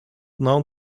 known